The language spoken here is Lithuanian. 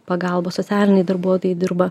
pagalba socialiniai darbuotojai dirba